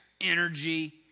energy